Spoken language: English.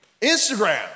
Instagram